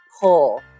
pull